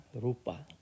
Rupa